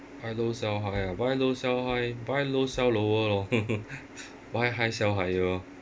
buy low sell high ah buy low sell high buy low sell lower lor buy high sell higher orh